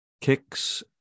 Kicks